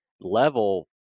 level